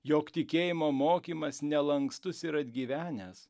jog tikėjimo mokymas nelankstus ir atgyvenęs